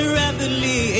rapidly